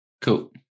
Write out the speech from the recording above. Cool